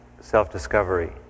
self-discovery